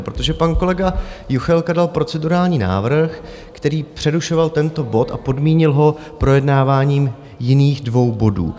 Protože pan kolega Juchelka dal procedurální návrh, který přerušoval tento bod, a podmínil ho projednáváním jiných dvou bodů.